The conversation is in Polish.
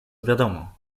wiadomo